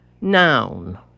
Noun